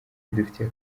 bidufitiye